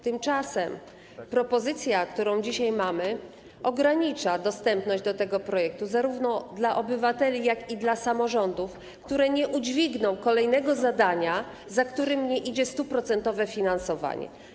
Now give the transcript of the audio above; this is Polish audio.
Tymczasem propozycja, którą dzisiaj mamy, ogranicza dostępność tego projektu zarówno dla obywateli, jak i dla samorządów, które nie udźwigną kolejnego zadania, za którym nie idzie 100-procentowe finansowanie.